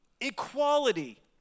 equality